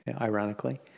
ironically